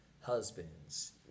husbands